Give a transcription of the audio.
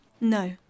No